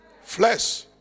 Flesh